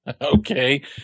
Okay